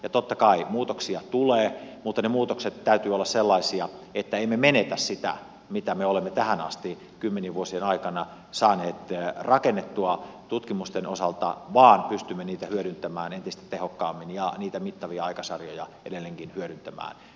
ja totta kai muutoksia tulee mutta niiden muutosten täytyy olla sellaisia että emme menetä sitä mitä me olemme tähän asti kymmenien vuosien aikana saaneet rakennettua tutkimusten osalta vaan pystymme niitä hyödyntämään entistä tehokkaammin ja niitä mittavia aikasarjoja edelleenkin hyödyntämään täysipainoisesti